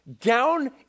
down